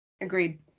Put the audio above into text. Agreed